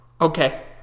Okay